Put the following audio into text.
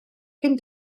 cyn